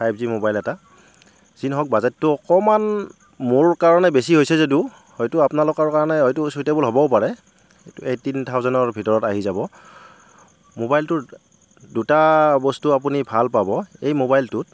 five G mobile এটা যি নহওক বাজেটটো অকণমান মোৰ কাৰণে বেছি হৈছে যদিও হয়তো আপোনালোকৰ কাৰণে হয়তো চুইটেবল হ'বও পাৰে এইটীন থাউজেনৰ ভিতৰত আহি যাব মোবাইলটোৰ দুটা বস্তু আপুনি ভাল পাব এই মোবাইলটোত